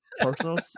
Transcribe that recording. personal